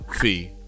Fee